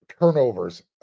turnovers